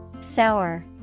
Sour